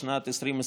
לשנת 2021,